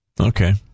Okay